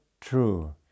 true